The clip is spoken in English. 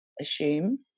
assume